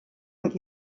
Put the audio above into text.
und